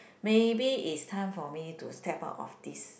maybe is time for me to step out of this